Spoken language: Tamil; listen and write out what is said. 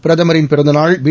பிரதமரின் பிறந்த நாள் பி